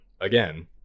again